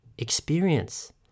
Experience